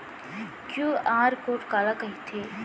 QR code काला कहिथे?